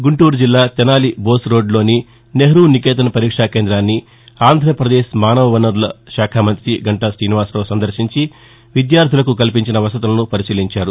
గుంటూరుజిల్లా తెనాలి బోసురోడ్లులోని నెహూ నికేతన్ పరీక్షా కేందాన్ని ఆంధ్రప్రదేశ్ మానవ వనరుల శాఖ మంత్రి గంటా శ్రీనివాసరావు సందర్శించి విద్యార్యలకు కల్పించిన వసతులను పరిశీలించారు